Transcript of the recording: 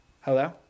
Hello